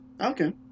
Okay